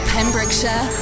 Pembrokeshire